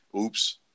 Oops